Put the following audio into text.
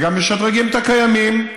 וגם משדרגים את הקיימים,